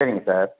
சரிங்க சார்